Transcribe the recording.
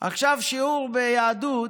עכשיו שיעור ביהדות: